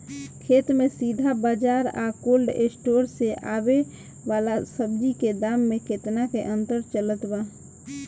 खेत से सीधा बाज़ार आ कोल्ड स्टोर से आवे वाला सब्जी के दाम में केतना के अंतर चलत बा?